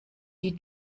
die